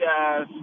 guys